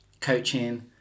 coaching